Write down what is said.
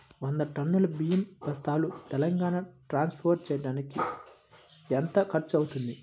వంద టన్నులు బియ్యం బస్తాలు తెలంగాణ ట్రాస్పోర్ట్ చేయటానికి కి ఎంత ఖర్చు అవుతుంది?